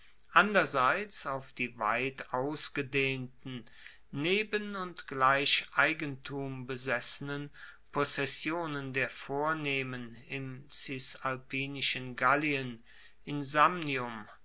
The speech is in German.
anderseits auf die weit ausgedehnten neben und gleich eigentum besessenen possessionen der vornehmen im cisalpinischen gallien in